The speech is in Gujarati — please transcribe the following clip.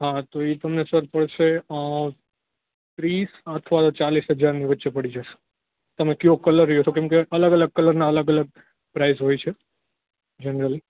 હા તો એ તમને સર પડશે ત્રીસ અથવા તો ચાલીસ હજાર ની વચ્ચે પડી જશે તમે કેવો કલર લ્યો છો કેમ કે અલગ અલગ કલર ના અલગ અલગ પ્રાઇસ હોય છે જનરલ